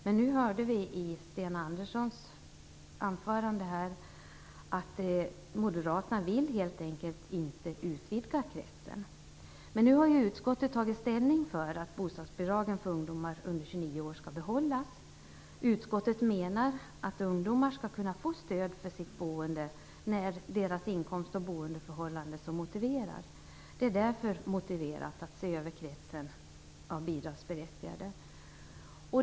Men nu hörde vi av Sten Anderssons anförande att Moderaterna helt enkelt inte vill utvidga kretsen. Nu har ju utskottet tagit ställning för att bostadsbidragen för ungdomar under 29 år skall behållas. Utskottet menar att ungdomar skall kunna få stöd för sitt boende när deras inkomst och boendeförhållande så motiverar. Det är därför motiverat att se över kretsen av bidragsberättigade.